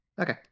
Okay